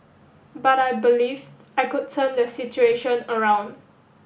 but I believed I could turn the situation around